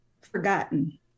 forgotten